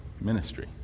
ministry